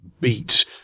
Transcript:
beat